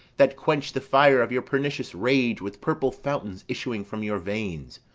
that quench the fire of your pernicious rage with purple fountains issuing from your veins!